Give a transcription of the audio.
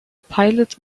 pilot